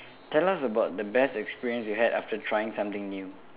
tell us about the best experience you had after trying something new